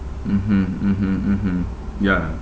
mmhmm mmhmm mmhmm ya